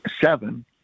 Seven